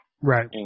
Right